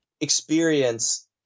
experience –